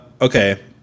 Okay